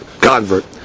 convert